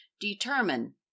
determine